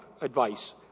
advice